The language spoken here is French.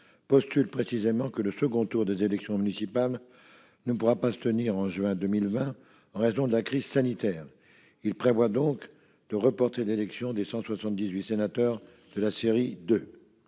postulat que le second tour des élections municipales ne pourrait pas se tenir au mois de juin 2020 en raison de la crise sanitaire, il est prévu de reporter l'élection des 178 sénateurs de la série 2.